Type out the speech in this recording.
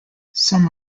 some